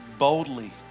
Boldly